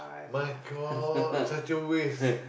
my-God it's such a waste